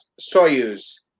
Soyuz